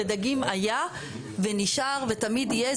דגים היה ונשאר ותמיד יהיה,